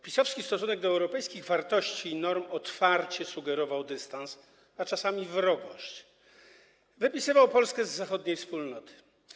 PiS-owski stosunek do europejskich wartości i norm otwarcie sugerował dystans, a czasami wrogość, wypisywał Polskę z zachodniej wspólnoty.